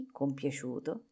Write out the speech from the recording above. compiaciuto